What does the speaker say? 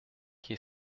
qué